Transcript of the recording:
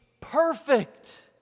perfect